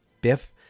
Biff